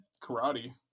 karate